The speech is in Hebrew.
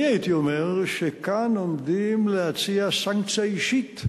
אני הייתי אומר שכאן עומדים להציע סנקציה אישית,